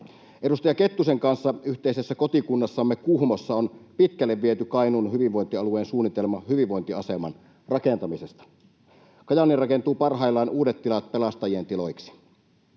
Edustaja Kettusen kanssa yhteisessä kotikunnassamme Kuhmossa on pitkälle viety Kainuun hyvinvointialueen suunnitelma hyvinvointiaseman rakentamisesta. Kajaaniin rakentuu parhaillaan uudet tilat pelastajien tiloiksi.